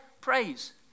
Praise